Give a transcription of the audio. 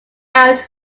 out